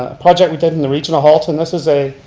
ah project we did, in the region of halton this is a,